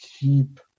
keep